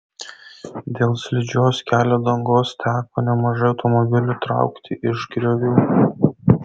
dėl slidžios kelio dangos teko nemažai automobilių traukti iš griovių